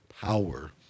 power